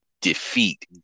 Defeat